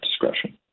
discretion